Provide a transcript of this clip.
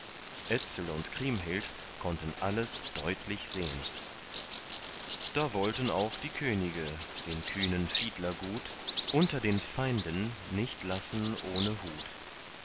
etzel und kriemhild konnten alles deutlich sehn da wollten auch die könige den kühnen fiedler gut unter den feinden nicht lassen ohne hut